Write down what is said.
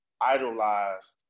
idolized